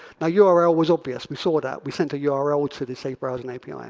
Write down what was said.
now yeah url was obvious, we saw that. we sent a yeah ah url to the safe browsing api. like